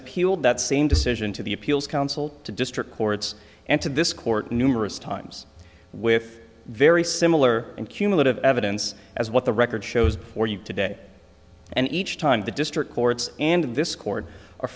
appealed that same decision to the appeals counsel to district courts and to this court numerous times with very similar and cumulative evidence as what the record shows for you today and each time the district courts and this court